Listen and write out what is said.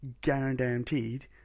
guaranteed